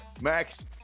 Max